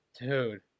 Dude